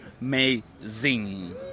amazing